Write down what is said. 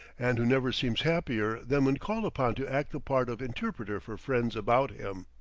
and who never seems happier than when called upon to act the part of interpreter for friends about him.